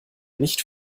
nicht